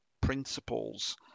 principles